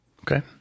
Okay